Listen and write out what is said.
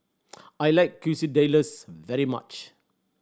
I like Quesadillas very much